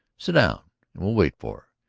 sit down and we'll wait for